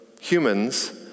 humans